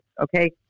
Okay